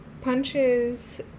punches